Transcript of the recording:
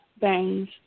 Bangs